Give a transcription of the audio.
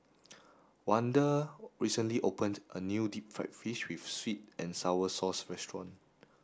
Wanda recently opened a new deep fried fish with sweet and sour sauce restaurant